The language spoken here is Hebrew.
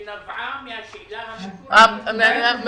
שנבעה מהשאלה המקורית --- שנבעה מהשאלה